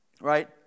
right